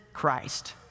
Christ